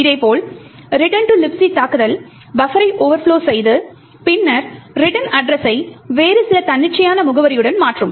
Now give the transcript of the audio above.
இதேபோல் return to Libc தாக்குதல் பஃபரை ஓவர்ப்லொ செய்து பின்னர் ரிட்டர்ன் அட்ரஸை வேறு சில தன்னிச்சையான முகவரியுடன் மாற்றும்